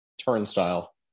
turnstile